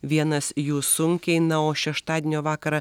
vienas jų sunkiai na o šeštadienio vakarą